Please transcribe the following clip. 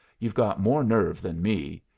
you've got more nerve than me.